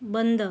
बंद